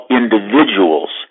individuals